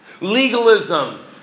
Legalism